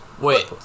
Wait